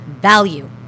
value